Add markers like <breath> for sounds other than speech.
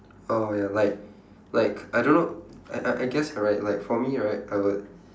oh ya like <breath> like I don't know I I I guess right like for me right I would